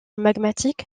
magmatique